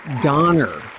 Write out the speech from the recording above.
Donner